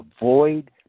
avoid